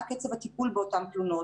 מה קצב הטיפול באותן תלונות,